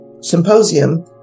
symposium